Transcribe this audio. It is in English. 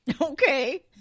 Okay